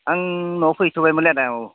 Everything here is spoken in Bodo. आं न'आव फैथ'बायमोनलै आदा औ